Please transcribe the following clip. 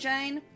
Jane